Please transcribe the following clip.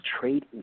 trade